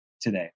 today